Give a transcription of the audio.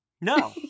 No